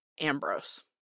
Ambrose